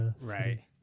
right